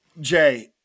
jay